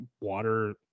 water